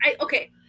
Okay